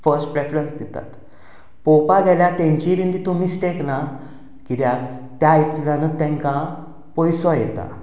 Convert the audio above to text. first preference दितात पळोवपाक गेल्यार तांचीय बी तातूंत मिस्टेक ना कित्याक त्या हिसपानूच तांकां पयसो येता